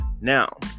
Now